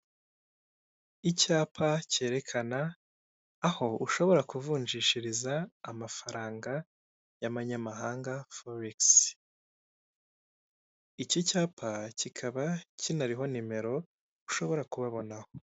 Icyapa kerekana aho ushobora kuvunjishiriza amafaranga y'amanyamahanga, foregisi iki cyapa kikaba kinariho nimero ushobora kubabonaho.